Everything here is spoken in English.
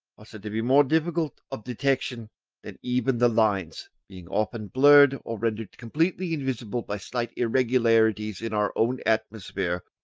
are said to be more difficult of detection than even the lines, being often blurred or rendered completely invisible by slight irregularities in our own atmosphere,